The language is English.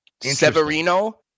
Severino